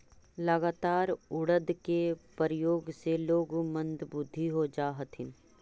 लगातार उड़द के प्रयोग से लोग मंदबुद्धि हो जा हथिन